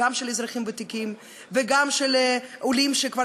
גם של האזרחים הוותיקים וגם של העולים שכבר